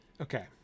Okay